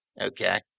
Okay